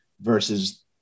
versus